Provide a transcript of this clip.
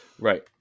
Right